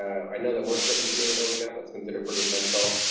i know that we're still continuing building that. that's considered pretty essential.